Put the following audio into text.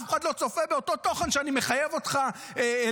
אף אחד לא צופה באותו תוכן שאני מחייב אותך לייצר.